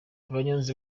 abanyonzi